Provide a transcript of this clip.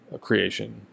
creation